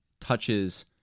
touches